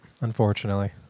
unfortunately